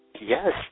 Yes